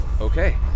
Okay